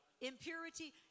Impurity